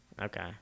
okay